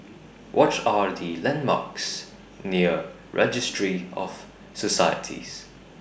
What Are The landmarks near Registry of Societies